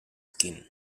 skin